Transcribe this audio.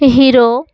hero